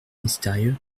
mystérieux